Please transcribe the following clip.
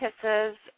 kisses